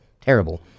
terrible